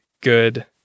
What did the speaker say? good